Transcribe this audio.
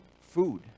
food